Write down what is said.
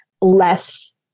less